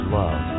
love